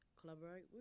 collaborate